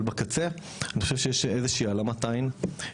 אבל בקצה אני חושב שיש איזו שהיא העלמת עין,